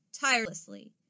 tirelessly